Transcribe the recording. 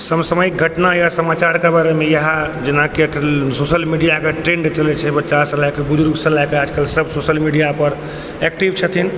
समसामयिक घटना या समाचारके बारेमे इएह जेनाकि एखन सोशल मीडियाके ट्रेन्ड चलै छै बच्चासँ लऽ कऽ बुजुर्गसँ लऽ कऽ आजकल सब सोशल मीडियापर एक्टिव छथिन